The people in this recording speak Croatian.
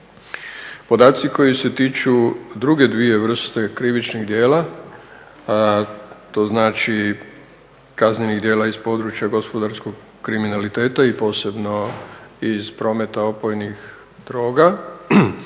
Podaci koji se tiču druge dvije vrste krivičnih djela, to znači kaznenih djela iz područja gospodarskog kriminaliteta i posebno iz prometa opojnih droga,